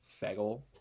bagel